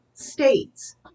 states